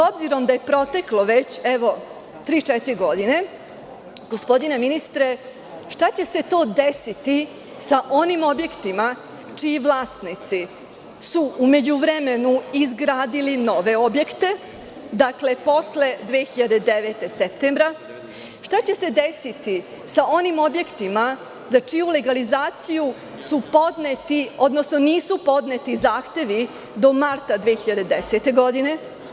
S obzirom da je proteklo već tri, četiri godine, gospodine ministre, šta će se to desiti sa onim objektima čiji vlasnici su u međuvremenu izgradili nove objekte, posle septembra 2009. godine, šta će se desiti sa onim objektima za čiju legalizaciju su podneti, odnosno nisu podneti zahtevi do marta 2010. godine?